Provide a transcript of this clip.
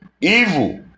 Evil